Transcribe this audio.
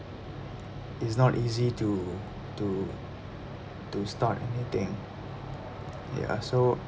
it's not easy to to to start anything ya so